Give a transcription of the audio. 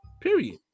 Period